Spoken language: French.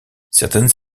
certaines